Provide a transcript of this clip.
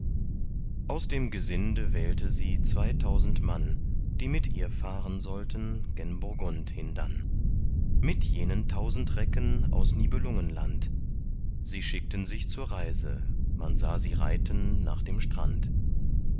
aus dem gesinde wählte sie zweitausend mann die mit ihr fahren sollten gen burgund hindann mit jenen tausend recken aus nibelungenland sie schickten sich zur reise man sah sie reiten nach dem strand